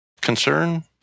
concern